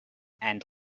and